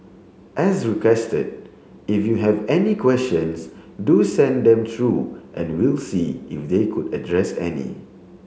as requested if you have any questions do send them through and we'll see if they could address any